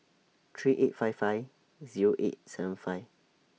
three eight five five Zero eight seven five